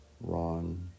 Ron